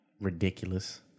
ridiculous